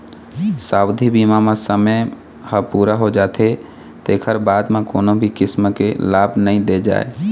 सावधि बीमा म समे ह पूरा हो जाथे तेखर बाद म कोनो भी किसम के लाभ नइ दे जाए